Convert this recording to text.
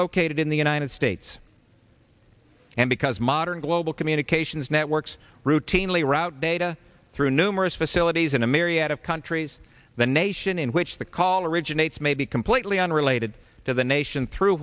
located in the united states and because modern global communications networks routinely route data through numerous facilities in a myriad of countries the nation in which the call originates may be completely unrelated to the nation through